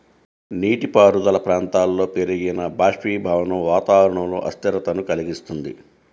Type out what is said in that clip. నీటిపారుదల ప్రాంతాలలో పెరిగిన బాష్పీభవనం వాతావరణంలో అస్థిరతను కలిగిస్తుంది